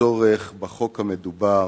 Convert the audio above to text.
הצורך בחוק המדובר